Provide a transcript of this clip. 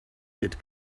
that